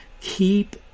keep